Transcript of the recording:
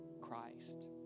Christ